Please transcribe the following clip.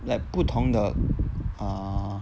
like 不同的 err